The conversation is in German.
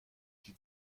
die